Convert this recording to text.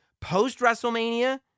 Post-WrestleMania